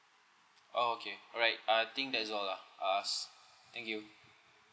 oh okay alright I think that's all lah us~ thank you